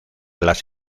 las